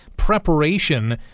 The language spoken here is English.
preparation